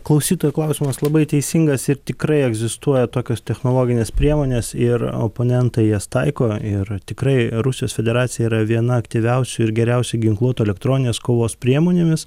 klausytojų klausimas labai teisingas ir tikrai egzistuoja tokios technologinės priemonės ir oponentai jas taiko ir tikrai rusijos federacija yra viena aktyviausių ir geriausiai ginkluotų elektroninės kovos priemonėmis